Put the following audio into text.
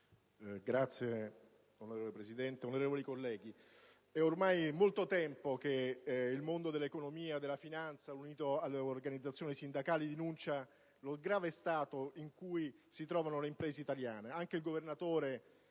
Signora Presidente, onorevoli colleghi, è ormai da molto tempo che il mondo dell'economia e della finanza, unito alle organizzazioni sindacali, denuncia il grave stato in cui si trovano le imprese italiane. Anche il governatore